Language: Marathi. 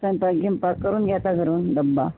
स्वयंपाक गींपाक करून घ्यायचा घरून डबा